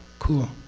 cool.